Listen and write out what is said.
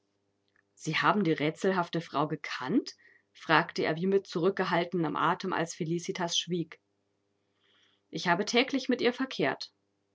sie haben die rätselhafte frau gekannt fragte er wie mit zurückgehaltenem atem als felicitas schwieg ich habe täglich mit ihr verkehrt